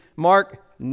Mark